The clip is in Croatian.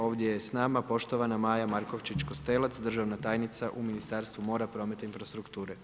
Ovdje je s nama poštovana Maja Markovčić Kostelac državna tajnica u Ministarstvu mora, prometa i infrastrukture.